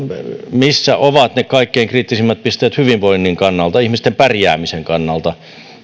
missä ovat ne kaikkein kriittisimmät pisteet hyvinvoinnin kannalta ihmisten pärjäämisen kannalta